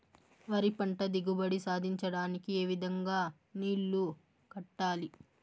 వరి పంట దిగుబడి సాధించడానికి, ఏ విధంగా నీళ్లు కట్టాలి?